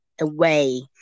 away